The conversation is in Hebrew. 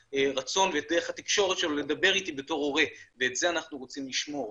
הרצון ואת דרך התקשורת שלו לדבר איתי בתור הורה ואת זה אנחנו רוצים לשמור.